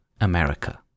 America